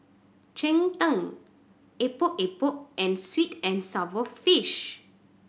cheng tng Epok Epok and sweet and sour fish